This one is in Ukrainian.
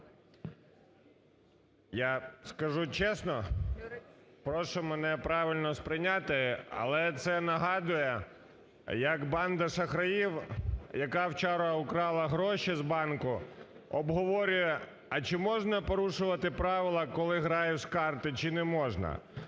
Я скажу чесно, прошу мене правильно сприйняти, але це нагадує як банда шахраїв, яка вчора украла гроші з банку, обговорює, а чи можна порушувати правила, коли граєш в карти, чи не можна.